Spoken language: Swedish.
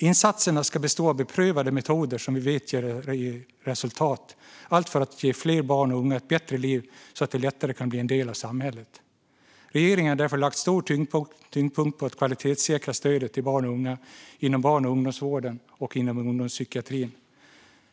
Insatserna ska bestå av beprövade metoder som vi vet ger resultat, allt för att ge fler barn och unga ett bättre liv så att de lättare kan bli en del av samhället. Regeringen har därför lagt stor tyngdpunkt på att kvalitetssäkra stödet till barn och unga inom barn och ungdomsvården och inom ungdomspsykiatrin.